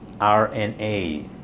RNA